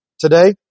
today